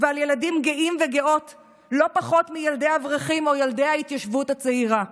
ועל ילדים גאים וגאות לא פחות מילדי אברכים או ילדי ההתיישבות הצעירה.